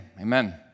Amen